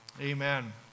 amen